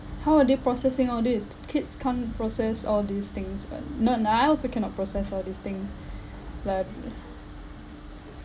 how are they processing all these kids can't process all these things but even I also cannot process all these things like